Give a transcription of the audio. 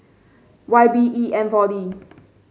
Y B E N four D